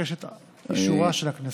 אבקש את אישורה של הכנסת.